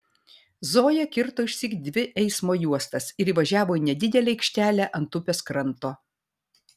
zoja kirto išsyk dvi eismo juostas ir įvažiavo į nedidelę aikštelę ant upės kranto